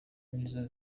nizo